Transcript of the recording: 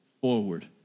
forward